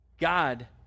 God